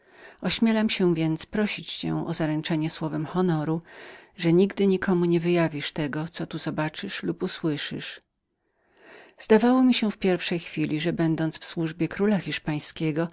ośmielam się więc prosić cię o zaręczenie słowem honoru że nigdy nikomu nie wyjawisz tego co tu zobaczysz lub usłyszysz zdało mi się w pierwszej chwili że będąc w służbie króla hiszpańskiego